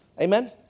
amen